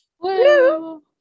Woo